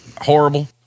horrible